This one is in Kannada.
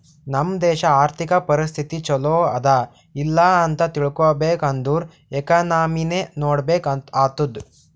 ನಮ್ ದೇಶಾ ಅರ್ಥಿಕ ಪರಿಸ್ಥಿತಿ ಛಲೋ ಅದಾ ಇಲ್ಲ ಅಂತ ತಿಳ್ಕೊಬೇಕ್ ಅಂದುರ್ ಎಕನಾಮಿನೆ ನೋಡ್ಬೇಕ್ ಆತ್ತುದ್